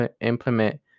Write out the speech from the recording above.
implement